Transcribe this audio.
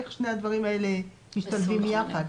איך שני הדברים האלה משתלבים יחד?